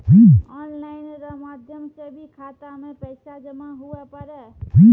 online रो माध्यम से भी खाता मे पैसा जमा हुवै पारै